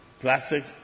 plastic